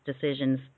decisions